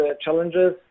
challenges